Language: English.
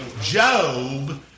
Job